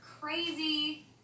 crazy